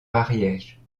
ariège